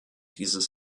dieses